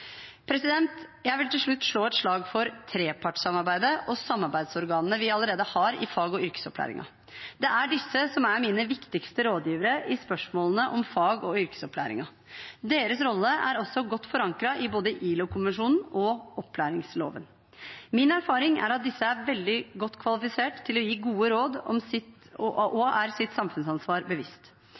Jeg vil til slutt slå et slag for trepartssamarbeidet og samarbeidsorganene vi allerede har i fag- og yrkesopplæringen. Det er disse som er mine viktigste rådgivere i spørsmål om fag- og yrkesopplæringen. Deres rolle er også godt forankret i både ILO-konvensjonen og opplæringsloven. Min erfaring er at disse er veldig godt kvalifisert til å gi gode råd og er sitt samfunnsansvar bevisst.